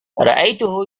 رأيته